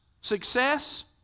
success